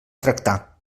tractar